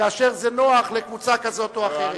כאשר זה נוח לקבוצה כזאת או אחרת.